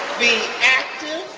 be active,